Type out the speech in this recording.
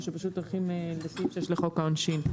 או שפשוט הולכים לסעיף 6 לחוק העונשין.